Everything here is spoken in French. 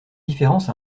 différence